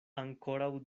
ankoraŭ